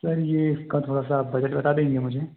sir ये का थोड़ा सा बजट बता देंगे मुझे